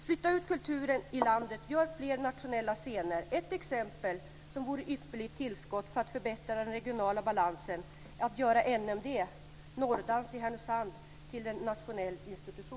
Flytta ut kulturen i landet och gör fler nationella scener! Ett exempel som vore ett ypperligt tillskott för att förbättra den regionala balansen är att göra